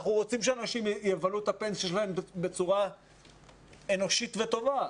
אנחנו רוצים שאנשים יבלו את הפנסיה שלהם בצורה אנושית וטובה.